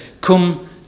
come